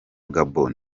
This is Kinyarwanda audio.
gabon